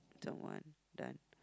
that one done